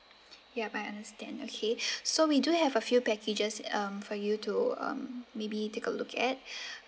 yup I understand okay so we do have a few packages um for you to um maybe take a look at